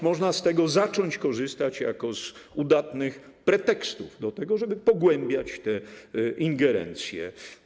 Można z tego zacząć korzystać jako z udatnych pretekstów do tego, żeby pogłębiać tę ingerencję.